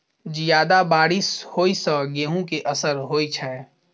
जियादा बारिश होइ सऽ गेंहूँ केँ असर होइ छै?